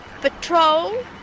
patrol